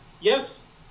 yes